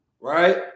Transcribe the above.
right